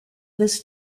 this